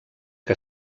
que